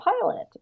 pilot